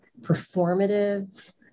performative